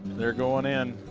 they are going in.